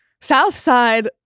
Southside